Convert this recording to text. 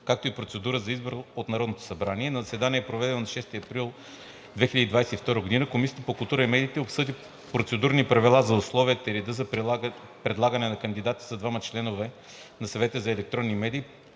както и процедурата за избор от Народното събрание На заседание, проведено на 6 април 2022 г., Комисията по културата и медиите обсъди процедурни правила за условията и реда за предлагане на кандидати за двама членове на Съвета за електронни медии,